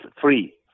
free